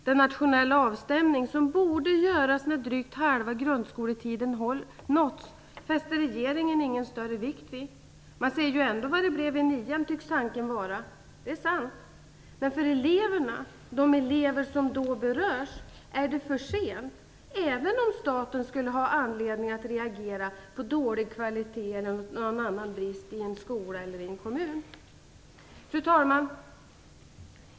Den nationella avstämning som borde göras när drygt halva grundskoletiden har nåtts fäster regeringen ingen större vikt vid. Man ser ju ändå vad det blev i nian, tycks tanken vara. Det är sant. Men för de elever som då berörs är det för sent, även om staten skulle ha anledning att reagera på dålig kvalitet eller någon annan brist i en skola eller i en kommun. Fru talman!